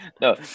No